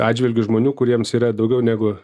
atžvilgiu žmonių kuriems yra daugiau negu